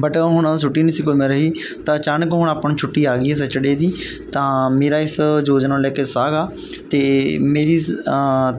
but ਹੁਣ ਛੁੱਟੀ ਨਹੀਂ ਸੀ ਕੋਈ ਮੇਰੇ ਜੀ ਤਾਂ ਅਚਾਨਕ ਹੁਣ ਆਪਾਂ ਨੂੰ ਛੁੱਟੀ ਆ ਗਈ ਸੈਚਰਡੇ ਦੀ ਤਾਂ ਮੇਰਾ ਇਸ ਯੋਜਨਾ ਨੂੰ ਲੈ ਕੇ ਉਤਸ਼ਾਹ ਗਾ ਤੇ ਮੇਰੀ ਸ